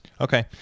Okay